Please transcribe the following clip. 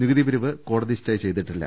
നികുതി പിരിവ് കോടതി സ്റ്റേ ചെയ്തിട്ടില്ല